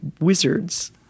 wizards